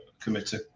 committee